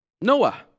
Noah